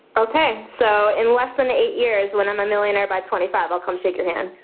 okay so in less than eight years when i'm a millionaire by twenty five, i'll come shake your hand.